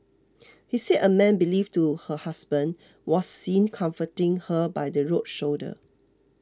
he said a man believed to her husband was seen comforting her by the road shoulder